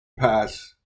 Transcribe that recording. pass